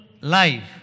life